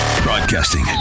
Broadcasting